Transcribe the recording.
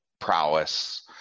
prowess